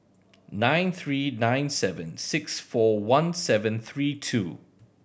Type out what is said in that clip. nine three nine seven six four one seven three two